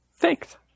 Thanks